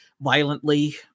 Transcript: violently